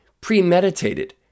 premeditated